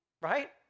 right